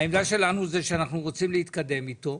העמדה שלנו זה שאנחנו רוצים להתקדם איתו,